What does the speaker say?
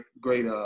great